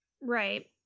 Right